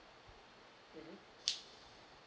mm